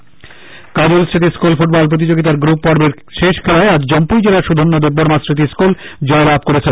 school football Kajal Smriti school football প্রতিযোগিতার group পর্বের শেষ খেলায় আজ জম্পুইজলার সুধন্য দেববর্মা স্মৃতি স্কুল জয়লাভ করেছে